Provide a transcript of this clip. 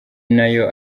nayo